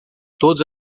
todas